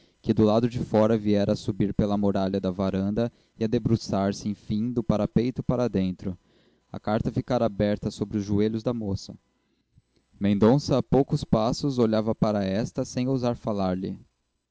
que do lado de fora viera a subir pela muralha da varanda e a debruçar-se enfim do parapeito para dentro a carta ficara aberta sobre os joelhos da moça mendonça a poucos passos olhava para esta sem ousar falar-lhe